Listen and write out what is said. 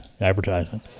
Advertising